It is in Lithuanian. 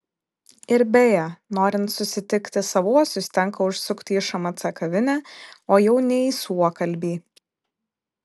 ir beje norint susitikti savuosius tenka užsukti į šmc kavinę o jau ne į suokalbį